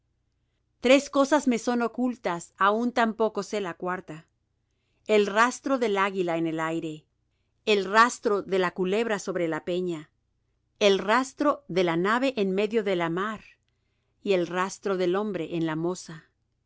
tres cosas me son ocultas aun tampoco sé la cuarta el rastro del águila en el aire el rastro de la culebra sobre la peña el rastro de la nave en medio de la mar y el rastro del hombre en la moza